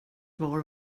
var